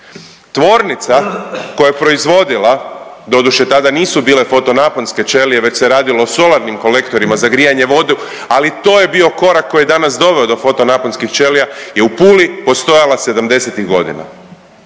tvornica koja je proizvodila doduše tada nisu bile fotonaponske ćelije već se radilo o solarnim kolektorima za grijanje vodu, ali to je bio korak koji je danas doveo do foto naponskih ćelija je u Puli postojala